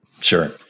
Sure